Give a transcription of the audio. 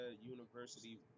University